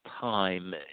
time